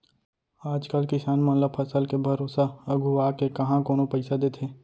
आज कल किसान मन ल फसल के भरोसा अघुवाके काँहा कोनो पइसा देथे